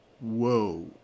Whoa